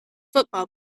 football